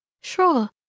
Sure